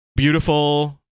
Beautiful